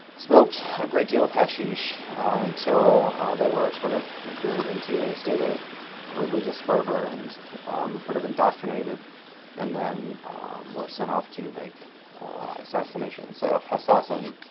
smoked a great deal of hashish until ah they were sort of driven into a state of religious fervor and sort of indoctrinated and then were sent off to make assassinations. so assassin